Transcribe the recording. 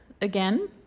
again